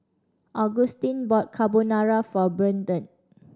Agustin bought Carbonara for Bertrand